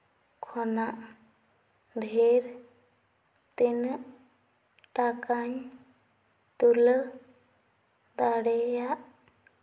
ᱠᱷᱚᱱᱟᱜ ᱰᱷᱮᱹᱨ ᱛᱤᱱᱟᱹᱜ ᱴᱟᱠᱟᱧ ᱛᱩᱞᱟᱹᱣ ᱫᱟᱲᱮᱭᱟᱜᱼ